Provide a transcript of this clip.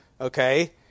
okay